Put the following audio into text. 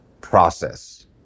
process